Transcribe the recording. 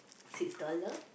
six dollar